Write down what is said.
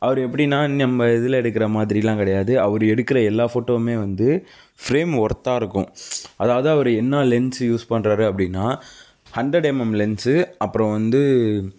அவரு எப்படின்னா நம்ம இதில் எடுக்கிற மாதிரிலாம் கிடையாது அவரு எடுக்கிற எல்லா ஃபோட்டோவும் வந்து ஃப்ரேம் ஒர்த்தாக இருக்கும் அதாவது அவரு என்னா லென்ஸ் யூஸ் பண்ணுறாரு அப்படின்னா ஹண்ட்ரெட் எம்எம் லென்ஸு அப்றம் வந்து